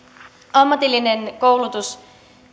ammatillinen koulutus